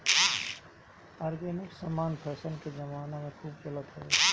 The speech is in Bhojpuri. ऑर्गेनिक समान फैशन के जमाना में खूब चलत हवे